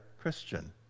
Christian